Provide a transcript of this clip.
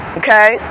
okay